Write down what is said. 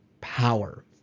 power